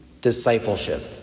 discipleship